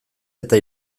eta